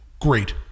Great